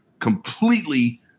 completely